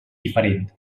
diferent